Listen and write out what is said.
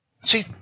See